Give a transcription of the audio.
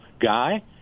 guy